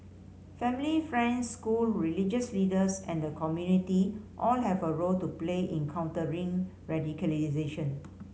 family friends school religious leaders and the community all have a role to play in countering radicalisation